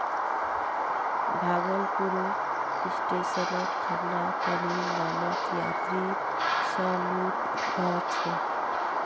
भागलपुर स्टेशनत ठंडा पानीर नामत यात्रि स लूट ह छेक